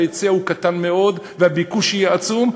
ההיצע הוא קטן מאוד והביקוש יהיה עצום.